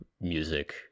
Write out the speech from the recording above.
music